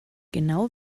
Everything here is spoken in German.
genau